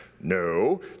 No